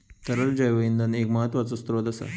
तरल जैव इंधन एक महत्त्वाचो स्त्रोत असा